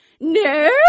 No